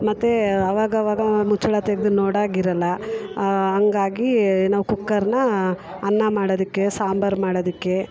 ಮತ್ತೆ ಆವಾಗವಾಗ ಮುಚ್ಚಳ ತೆಗೆದು ನೋಡಾಗಿರಲ್ಲ ಹಂಗಾಗಿ ನಾವು ಕುಕ್ಕರ್ನ ಅನ್ನ ಮಾಡೋದಿಕ್ಕೆ ಸಾಂಬಾರು ಮಾಡೋದಿಕ್ಕೆ